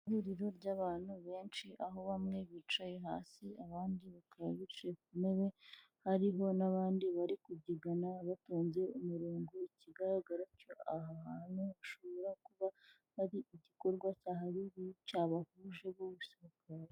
Ihuriro ry'abantu benshi, aho bamwe bicaye hasi abandi bakaba bicaye ku ntebe, hariho n'abandi bari kubyigana batonze umurongo, ikigaragara cyo aha hantu hashobora kuba hari igikorwa cyahabereye cyabahuje bose.